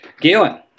Galen